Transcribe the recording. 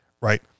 right